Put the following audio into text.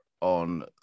on